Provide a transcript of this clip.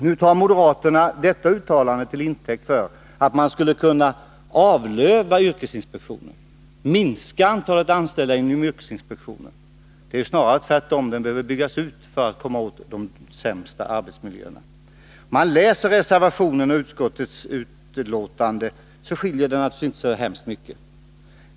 Nu tar moderaterna detta uttalande till intäkt för att man skulle avlöva yrkesinspektionen, genom att minska antalet anställda inom denna. Det är snarare tvärtom så, att den behöver byggas ut för att den skall kunna komma åt de sämsta arbetsmiljöerna. Skillnaden mellan reservationen och utskottets betänkande är naturligtvis inte så särskilt stor.